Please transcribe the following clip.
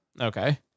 okay